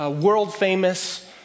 world-famous